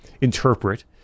interpret